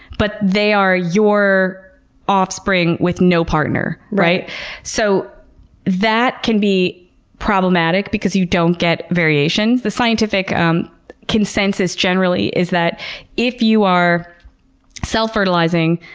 but they are your offspring with no partner. so that can be problematic because you don't get variations. the scientific um consensus generally is that if you are self-fertilizing,